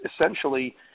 essentially